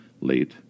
Late